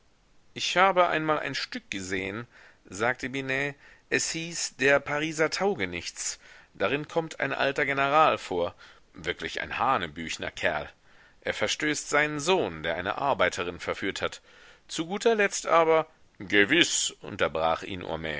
ich habe einmal ein stück gesehen sagte binet es hieß der pariser taugenichts darin kommt ein alter general vor wirklich ein hahnebüchner kerl er verstößt seinen sohn der eine arbeiterin verführt hat zu guter letzt aber gewiß unterbrach ihn